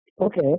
Okay